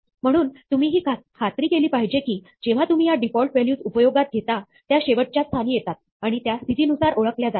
म्हणून तुम्ही ही खात्री केली पाहिजे की जेव्हा तुम्ही ह्या डिफॉल्ट व्हॅल्यूज उपयोगात घेता त्या शेवटच्या स्थानी येतात आणि त्या स्थितीनुसार ओळखल्या जातात